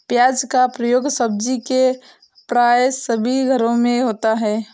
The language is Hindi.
प्याज का प्रयोग सब्जी में प्राय सभी घरों में होता है